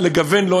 לגוון לו.